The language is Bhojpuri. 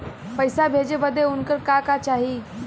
पैसा भेजे बदे उनकर का का चाही?